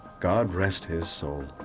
god rest his soul.